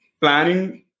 planning